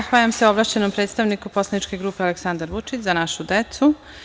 Zahvaljujem se ovlašćenom predstavniku poslaničke grupe Aleksandar Vučić – Za našu decu.